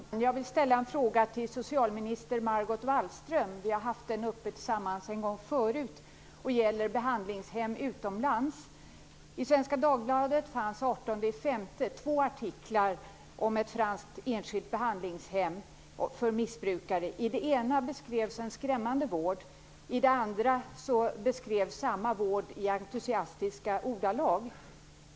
Fru talman! Jag vill ställa en fråga till socialminister Margot Wallström. Vi har haft den uppe tillsammans en gång förut. Den gäller behandlingshem utomlands. I Svenska Dagbladet fanns den 18 maj två artiklar om ett franskt enskilt behandlingshem för missbrukare. I den ena beskrevs en skrämmande vård, i den andra beskrevs samma vård i entusiastiska ordalag.